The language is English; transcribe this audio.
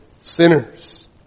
sinners